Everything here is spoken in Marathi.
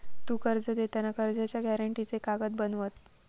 तु कर्ज देताना कर्जाच्या गॅरेंटीचे कागद बनवत?